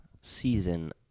season